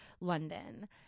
London